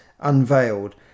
unveiled